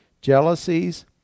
jealousies